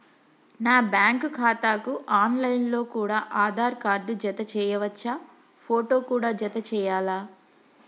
నా బ్యాంకు ఖాతాకు online లో కూడా ఆధార్ కార్డు జత చేయవచ్చా ఫోటో కూడా జత చేయాలా?